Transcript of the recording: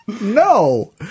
no